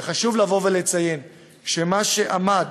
וחשוב לבוא ולציין שמה שעמד